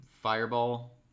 fireball